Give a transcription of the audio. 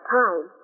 time